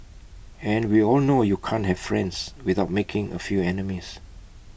and we all know you can't have friends without making A few enemies